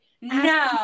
no